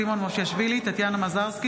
תודה.